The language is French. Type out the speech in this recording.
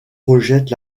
rejette